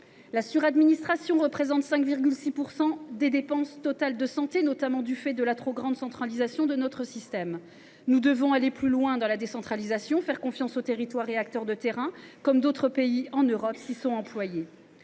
La suradministration représente 5,6 % des dépenses totales de santé, notamment du fait de la trop grande centralisation de notre système. Nous devons aller plus loin dans la décentralisation, faire confiance aux territoires et acteurs de terrain, comme d’autres pays en Europe s’y sont employés.